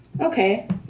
Okay